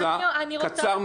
אבל קצר מאוד.